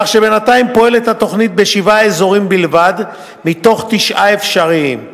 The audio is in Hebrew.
כך שבינתיים פועלת התוכנית בשבעה אזורים בלבד מתוך תשעה אפשריים.